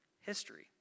history